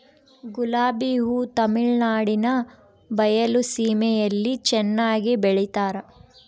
ಗುಲಾಬಿ ಹೂ ತಮಿಳುನಾಡಿನ ಬಯಲು ಸೀಮೆಯಲ್ಲಿ ಚೆನ್ನಾಗಿ ಬೆಳಿತಾರ